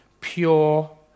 pure